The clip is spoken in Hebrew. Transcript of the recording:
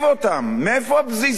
מאיפה הפזיזות הזאת?